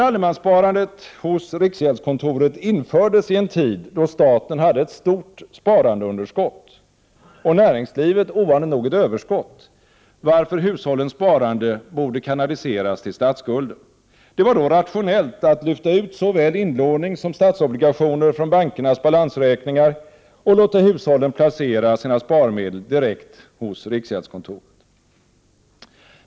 Allemanssparandet hos riksgäldskontoret infördes i en tid då staten hade ett stort sparandeunderskott och näringslivet ovanligt nog ett överskott, varför hushållens sparande borde kanaliseras till statsskulden. Det var då rationellt att lyfta ut såväl inlåning som statsobligationer från bankernas balansräkningar och låta hushållen placera sina sparmedel direkt hos riksgäldskontoret.